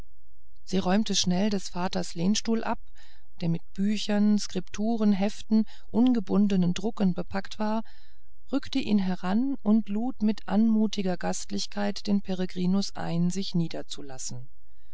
sie räumte schnell des vaters lehnstuhl ab der mit büchern skripturen heften ungebundenen drucken bepackt war rückte ihn heran und lud mit anmutiger gastlichkeit den peregrinus ein sich niederzulassen